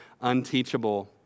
unteachable